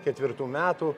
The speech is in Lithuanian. ketvirtų metų